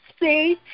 see